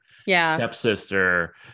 stepsister